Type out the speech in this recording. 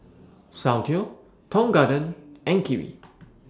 Soundteoh Tong Garden and Kiwi